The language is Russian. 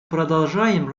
продолжаем